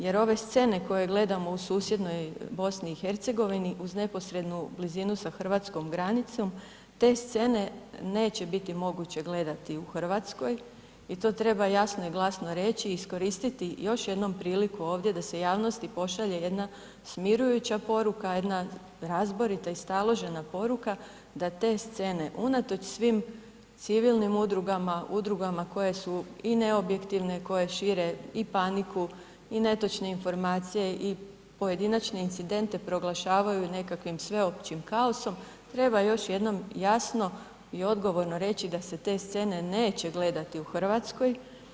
Jer ove scene koje gledamo u susjednoj Bosni i Hercegovini uz neposrednu blizinu sa hrvatskom granicom te scene neće biti moguće gledati u Hrvatskoj i to treba jasno i glasno reći i iskoristiti još jednom priliku ovdje da se javnosti pošalje jedna smirujuća poruka, jedna razborita i staložena poruka da te scene unatoč svim civilnim udrugama, udrugama koje su i neobjektivne i koje šire i paniku, i netočne informacije i pojedinačne incidente proglašavaju nekakvim sveopćim kaosom treba još jednom jasno i odgovorno reći da se te scene neće gledati u Hrvatskoj.